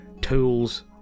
tools